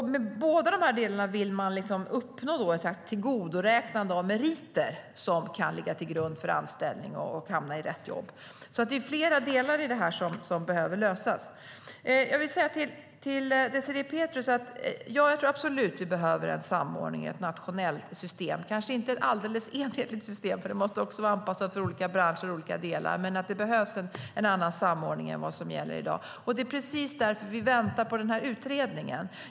Med båda dessa delar vill man uppnå ett slags tillgodoräknande av meriter som kan ligga till grund för anställning och att hamna i rätt jobb. Det är alltså flera delar i det här som behöver lösas. Jag vill säga till Désirée Pethrus att jag absolut tror att vi behöver en samordning och ett nationellt system. Kanske inte ett alldeles enhetligt system, för det måste vara anpassat för olika branscher och olika delar, men det behövs en annan samordning än vad vi har i dag. Det är precis därför vi väntar på den här utredningen.